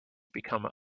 become